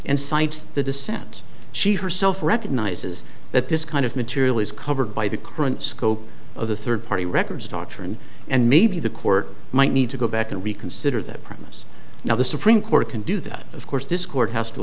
and cites the dissent she herself recognizes that this kind of material is covered by the current scope of the third party records doctrine and maybe the court might need to go back and reconsider that premise now the supreme court can do that of course this court has to